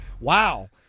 Wow